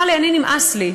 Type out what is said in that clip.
הוא אמר לי: אני, נמאס לי.